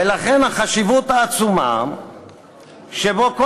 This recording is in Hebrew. ולכן החשיבות העצומה שבה.